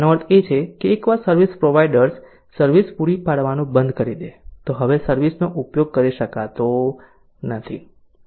તેનો અર્થ એ છે કે એકવાર સર્વિસ પ્રોવાઇડર્સ સર્વિસ પૂરી પાડવાનું બંધ કરી દે તો હવે સર્વિસ નો ઉપયોગ કરી શકાતો નથી